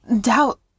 doubt